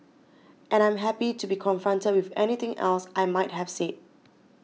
and I'm happy to be confronted with anything else I might have said